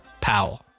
Powell